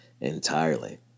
entirely